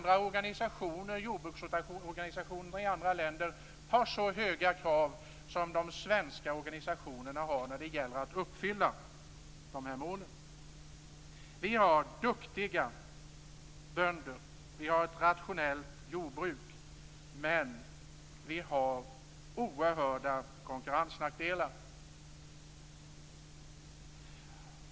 Inga jordbruksorganisationer i andra länder har så höga krav som de svenska organisationerna har när det gäller att uppfylla dessa mål. Vi har duktiga bönder och ett rationellt jordbruk, men vi har oerhörda konkurrensnackdelar.